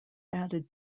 added